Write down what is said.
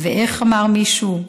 איך אמר מישהו?